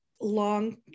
long